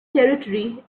territory